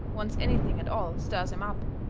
once anything at all stirs em up.